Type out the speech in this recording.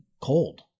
cold